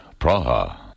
Praha